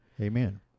Amen